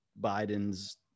Biden's